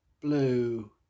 blue